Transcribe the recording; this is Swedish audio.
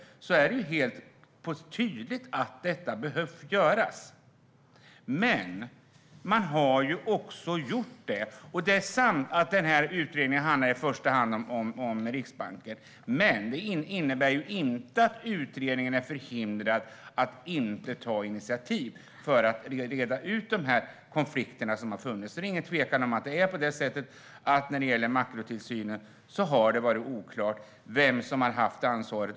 Det är alldeles tydligt att detta behöver göras. Men man har också gjort det. Det är sant att den här utredningen i första hand handlar om Riksbanken, men det innebär ju inte att utredningen är förhindrad att ta initiativ för att reda ut de konflikter som har funnits. Det är ingen tvekan om att det har varit oklart om vem som har haft ansvaret för makrotillsynen.